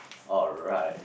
alright